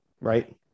right